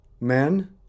Men